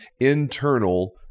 internal